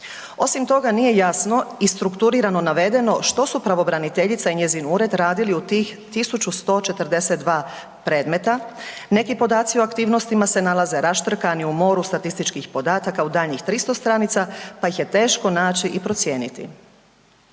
Osim toga nije jasno i strukturirano navedeno što su pravobraniteljica i njezin ured radili u tih 1.142 predmeta, neki podaci o aktivnostima se nalaze raštrkani u moru statističkih podataka u daljnjih 300 stranica pa ih je teško naći i procijeniti.